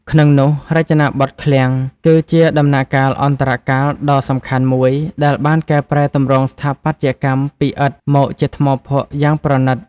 ក្នុងនោះ "រចនាបថឃ្លាំង" គឺជាដំណាក់កាលអន្តរកាលដ៏សំខាន់មួយ ដែលបានកែប្រែទម្រង់ស្ថាបត្យកម្មពីឥដ្ឋមកជាថ្មភក់យ៉ាងប្រណីត។